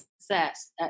Success